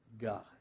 God